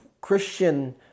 Christian